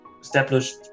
established